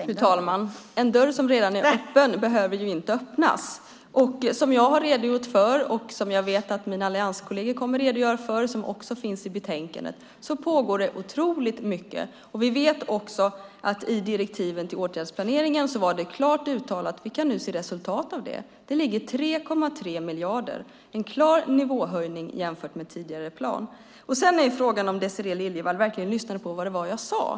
Fru talman! En dörr som redan är öppen behöver inte öppnas. Som jag redogjort för och som jag vet att mina allianskolleger kommer att redogöra för - dessutom finns detta med i betänkandet - pågår otroligt mycket arbete. Vi vet också att detta i direktiven till åtgärdsplaneringen var klart uttalat. Nu kan vi se resultat av det i form av 3,3 miljarder kronor - en klar nivåhöjning jämfört med tidigare plan. Sedan är frågan om Désirée Liljevall verkligen lyssnade på vad jag sade.